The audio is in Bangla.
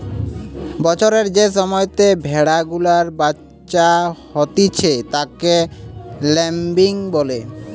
বছরের যে সময়তে ভেড়া গুলার বাচ্চা হতিছে তাকে ল্যাম্বিং বলে